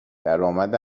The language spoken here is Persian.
درآمد